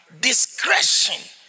Discretion